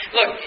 Look